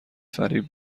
فریب